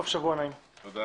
הישיבה ננעלה בשעה 16:30.